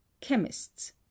Chemists